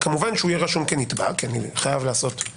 כמובן, הוא יהיה רשום כנתבע כי אני לא יכול